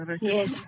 Yes